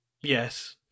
yes